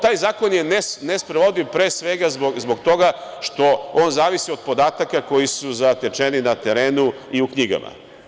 Taj zakon je ne sprovodiv, pre svega, zbog toga što on zavisi od podataka koji su zatečeni na terenu i u knjigama.